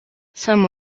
some